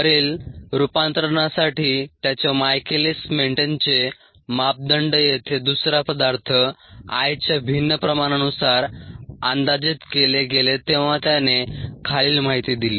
वरील रूपांतरणासाठी त्याचे मायकेलीस मेन्टेनचे मापदंड येथे दुसरा पदार्थ I च्या भिन्न प्रमाणानुसार अंदाजित केले गेले तेव्हा त्याने खालील माहिती दिली